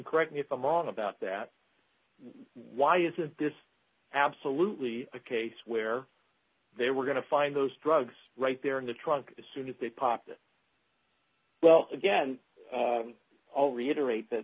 correct me if i'm wrong about that why is this absolutely a case where they were going to find those drugs right there in the trunk as soon as they popped well again all reiterate that